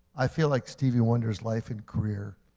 i feel like stevie wonder's life and career,